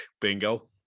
Bingo